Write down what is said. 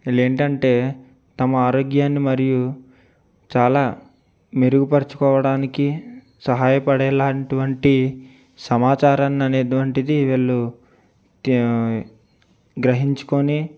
వీళ్ళు ఏంటంటే తమ ఆరోగ్యాన్ని మరియు చాలా మెరుగుపరచుకోవడానికి సహాయపడేలాంటివంటి సమాచారాన్ని అనేటువంటిది వీళ్ళు గ్రహించుకొని